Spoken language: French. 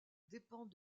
dépend